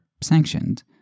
sanctioned